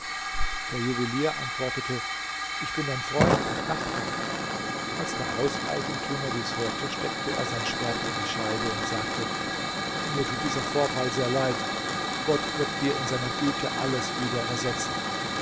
der juwelier antwortete ich bin dein freund und nachbar als der hauseigentümer dies hörte steckte er sein schwert in die scheide und sagte mir tut dieser vorfall sehr leid gott wird dir in seiner güte alles wieder ersetzen